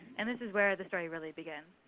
and this is where the story really begins.